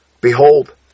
Behold